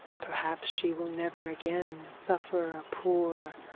perhaps she will never again suffer a poor,